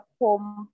home